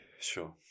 sure